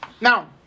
Now